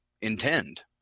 intend